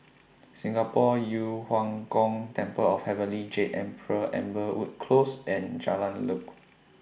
Singapore Yu Huang Gong Temple of Heavenly Jade Emperor Amberwood Close and Jalan Lekub